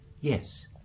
Yes